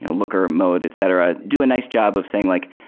you know looker, mode, etc. do a nice job of saying like,